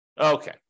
Okay